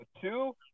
two